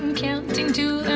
counting to